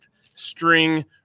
string